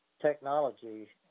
Technology